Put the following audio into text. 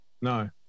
No